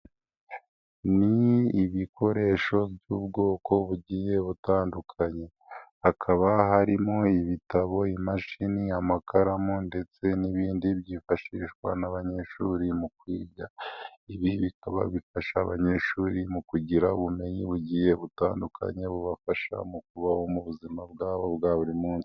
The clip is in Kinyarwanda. Ni ibikoresho by'ubwoko bugiye butandukanye. Hakaba harimo ibitabo, imashini, amakaramu ndetse n'ibindi byifashishwa n'abanyeshuri mu kwiga. Ibi bikaba bifasha abanyeshuri mu kugira ubumenyi bugiye butandukanye bubafasha mu kubaho mu buzima bwabo bwa buri munsi.